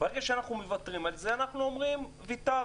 ברגע שאנחנו מוותרים על זה אז אנחנו אומרים: וויתרנו,